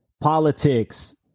politics